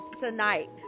tonight